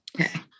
Okay